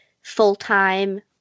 full-time